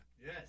yes